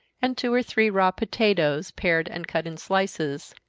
and two or three raw potatoes, pared and cut in slices.